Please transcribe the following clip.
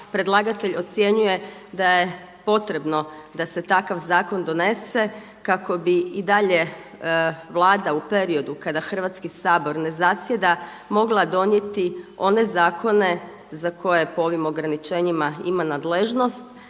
predlagatelj ocjenjuje da je potrebno da se takav zakon donese kako bi i dalje Vlada u periodu kada Hrvatski sabor ne zasjeda mogla donijeti one zakone za koje po ovim ograničenjima ima nadležnost,